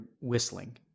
whistling